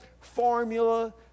formula